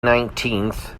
nineteenth